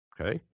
Okay